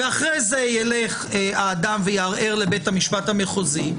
אחרי זה ילך האדם ויערער לבית המשפט המחוזי,